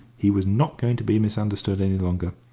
he was not going to be misunderstood any longer.